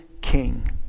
king